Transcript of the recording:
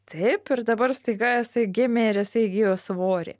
taip ir dabar staiga jisai gimė ir jisai įgijo svorį